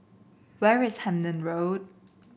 where is Hemmant Road